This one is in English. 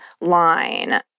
line